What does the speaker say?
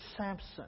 Samson